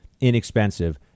inexpensive